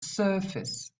surface